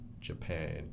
Japan